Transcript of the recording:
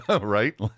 right